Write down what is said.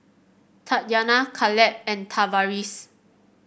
Tatyanna Kaleb and Tavaris